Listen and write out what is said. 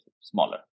smaller